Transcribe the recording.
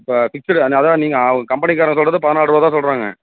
இப்போ ஃபிக்ஸ்டு அதனால்தான் நீங்கள் கம்பெனிகாரங்க சொல்வது பதினாலு ரூபாதான் சொல்கிறாங்க